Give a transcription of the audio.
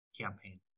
campaign